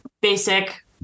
basic